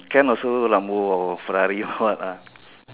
can also lambo or ferrari or what ah